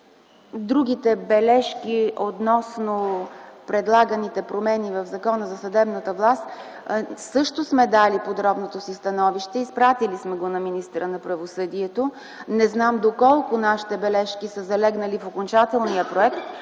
другите бележки относно предлаганите промени в Закона за съдебната власт, също сме дали подробното си становище, изпратили сме го на министъра на правосъдието. Не знам доколко нашите бележки са залегнали в окончателния проект,